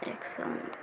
एक